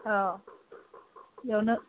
अ इयावनो